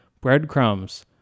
Breadcrumbs